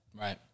Right